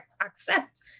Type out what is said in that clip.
accept